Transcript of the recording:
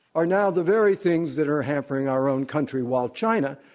are now the very things that are hampering our own country, while china,